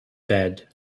bed